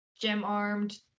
gem-armed